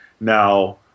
Now